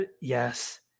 Yes